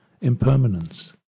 impermanence